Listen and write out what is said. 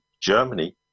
Germany